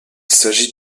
s’agit